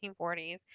1940s